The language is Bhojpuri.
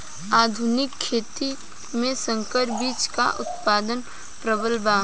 आधुनिक खेती में संकर बीज क उतपादन प्रबल बा